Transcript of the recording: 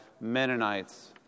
Mennonites